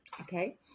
Okay